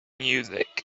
music